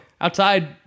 Outside